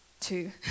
two